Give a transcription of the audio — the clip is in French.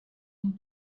une